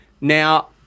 Now